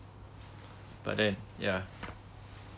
but then yeah